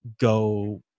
go